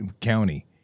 county